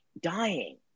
dying